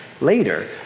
later